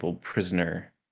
prisoner